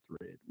thread